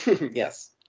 Yes